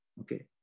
Okay